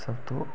सब तूं